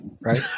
right